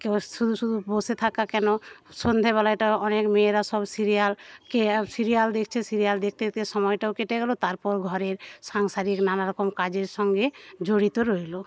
কেবল শুধু শুধু বসে থাকা কেন সন্ধেবেলাটা অনেক মেয়েরা সব সিরিয়াল সিরিয়াল দেখছে সিরিয়াল দেখতে দেখতে সময়টাও কেটে গেলো তারপর ঘরের সাংসারিক নানারকম কাজের সঙ্গে জড়িত রইলো